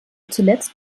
zuletzt